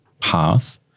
path